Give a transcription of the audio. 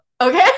okay